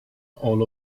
all